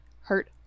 hurt